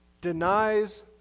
denies